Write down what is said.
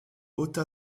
ôta